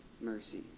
mercy